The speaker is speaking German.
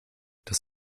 das